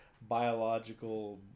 Biological